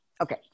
Okay